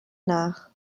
nach